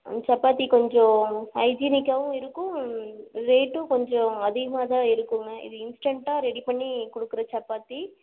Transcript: அந் சப்பாத்தி கொஞ்சம் ஹைஜீனிக்காகவும் இருக்கும் ரேட்டும் கொஞ்சம் அதிகமாக தான் இருக்குங்க இது இன்ஸ்டன்ட்டாக ரெடி பண்ணி கொடுக்கற சப்பாத்தி